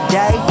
day